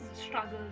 struggles